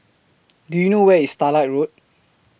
Do YOU know Where IS Starlight Road